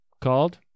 called